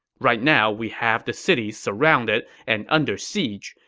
right now, we have the city surrounded and under siege.